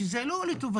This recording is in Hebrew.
כי זה לא לטובתם,